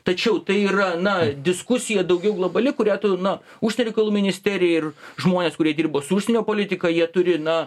tačiau tai yra na diskusija daugiau globali kurią tu na užsienio reikalų ministerija ir žmonės kurie dirbo su užsienio politika jie turi na